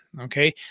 Okay